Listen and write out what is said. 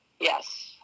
yes